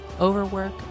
overwork